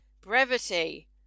Brevity